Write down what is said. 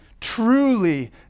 Truly